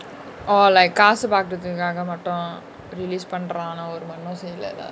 orh like காசு பாகுரதுகாக மட்டு:kaasu paakurathukaaka mattu release பண்ராங்களா ஒரு மண்ணு செய்யல:panraangalaa oru mannu seiyala lah